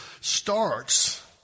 starts